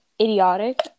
idiotic